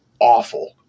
awful